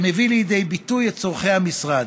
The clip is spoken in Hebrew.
שמביא לידי ביטוי את צורכי המשרד.